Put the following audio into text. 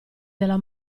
della